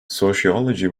sociology